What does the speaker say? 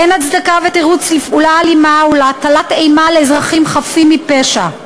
אין הצדקה ותירוץ לפעולה אלימה ולהטלת אימה על אזרחים חפים מפשע.